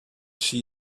she